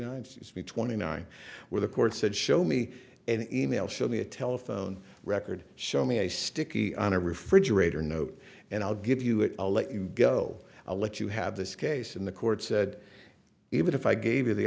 nine twenty nine where the court said show me an e mail show me a telephone record show me a sticky on a refrigerator note and i'll give you it a let you go a let you have this case in the court said even if i gave you the